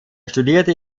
studierte